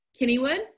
kennywood